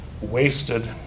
wasted